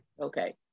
Okay